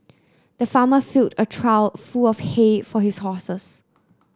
the farmer filled a trough full of hay for his horses